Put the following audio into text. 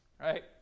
right